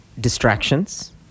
Distractions